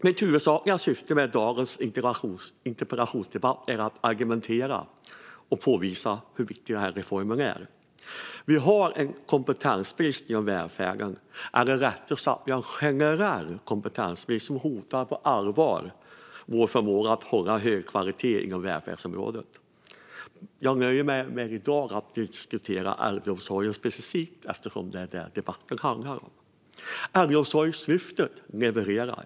Mitt huvudsakliga syfte med dagens interpellationsdebatt är att argumentera och påvisa hur viktig reformen är. Vi har en kompetensbrist inom välfärden, eller rättare sagt: Vi har en generell kompetensbrist som på allvar hotar vår förmåga att hålla hög kvalitet inom välfärdsområdet. Jag nöjer mig i dag med att diskutera äldreomsorgen specifikt eftersom det är det debatten handlar om. Äldreomsorgslyftet levererar.